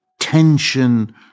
tension